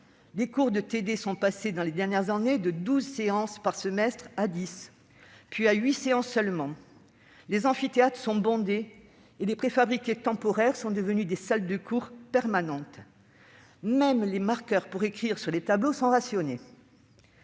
ou TD, est passé ces dernières années de douze à dix séances par semestre, puis à huit seulement. Les amphithéâtres sont bondés, et les préfabriqués temporaires sont devenus des salles de cours permanentes. Même les marqueurs pour écrire sur les tableaux sont rationnés